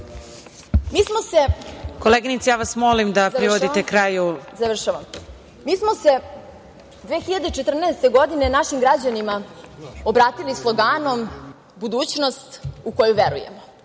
smo se 2014. godine, našim građanima obratili sloganom: "Budućnost u koju verujemo!"